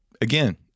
Again